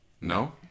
No